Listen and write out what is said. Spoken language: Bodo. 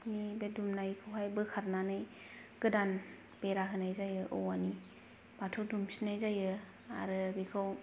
नि बे दुमनायखौ हाय बोखारनानै गोदान बेरा होनाय जायो औवानि बाथौ दुमफिननाय जायो आरो बिखौ